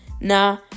nah